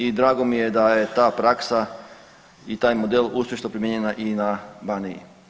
I drago mi je da je ta praksa i taj model uspješno primijenjena i na Baniji.